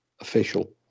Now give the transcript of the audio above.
official